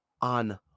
on